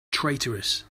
traitorous